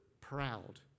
proud